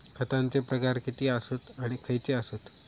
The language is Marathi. खतांचे प्रकार किती आसत आणि खैचे आसत?